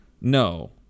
No